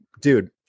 dude